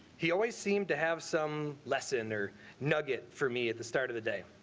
he always seemed to have some lesson or nugget for me at the start of the day.